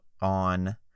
on